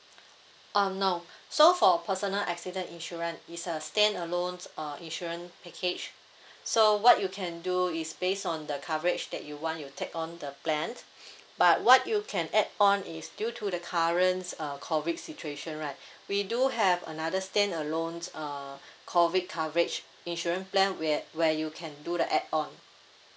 um no so for personal accident insurance it's a stand alone uh insurance package so what you can do is base on the coverage that you want you take on the plans but what you can add on is due to the current uh COVID situation right we do have another stand alone uh COVID coverage insurance plan where where you can do like add on